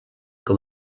com